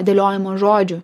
dėliojimo žodžių